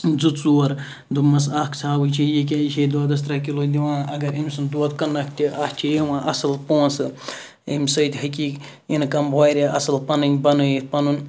زٕ ژور دوپمَس اکھ ژھاوٕج چھے ییٚکیاہ یہِ چھے دۄدَس ترے کِلوٗ دِوان اَگَر أمۍ سُنٛد دۄد کٕنَکھ تہِ اَتھ چھُ یِوان اَصل پونٛسہٕ امہِ سۭتۍ ہیٚکی اِنکَم واریاہ اَصل پَنٕنۍ بَنٲیِتھ پَنُن